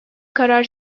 karar